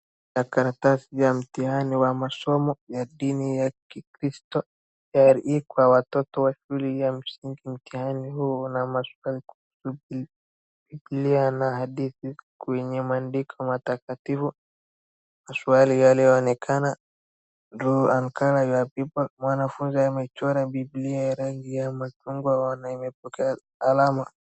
Karatasi ya mtihani wa masomo ya dini ya Kikristo, CRE , kwa watoto wa shule ya msingi. Mtihani huu una maswali kuhusu Biblia na hadithi kwenye maandiko matakatifu. Maswali yaliyoonekana draw and color your Bible , mwanafunzi amechora Biblia ya rangi ya machungwa na ameipokea alama.